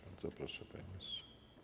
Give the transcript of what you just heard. Bardzo proszę, panie ministrze.